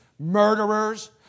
Murderers